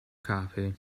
coffee